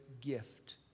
gift